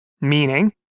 Meaning